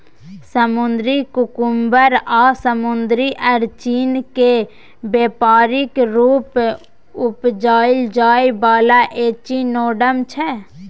समुद्री कुकुम्बर आ समुद्री अरचिन केँ बेपारिक रुप उपजाएल जाइ बला एचिनोडर्म छै